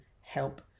help